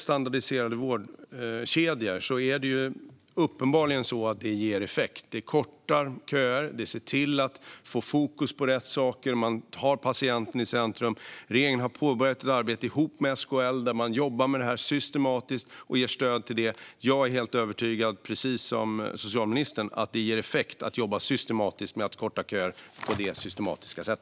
Standardiserade vårdkedjor ger uppenbarligen effekt. De kortar köer och ser till att få fokus på rätt saker. Man har patienten i centrum. Regeringen har ihop med SKL påbörjat ett arbete där man jobbar med det här systematiskt och ger stöd till det. Precis som socialministern är jag helt övertygad om att det ger effekt att jobba systematiskt med att korta köer på detta sätt.